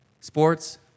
Sports